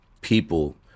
people